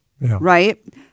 right